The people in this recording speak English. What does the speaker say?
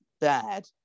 Bad